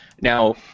Now